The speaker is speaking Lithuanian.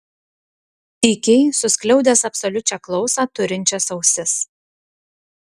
tykiai suskliaudęs absoliučią klausą turinčias ausis